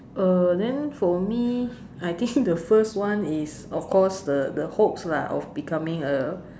uh then for me I think the first one is of course the the hopes lah of becoming a